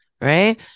right